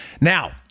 Now